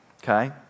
Okay